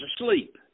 asleep